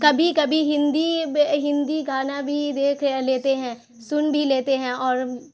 کبھی کبھی ہندی ہندی گانا بھی دیکھ لیتے ہیں سن بھی لیتے ہیں اور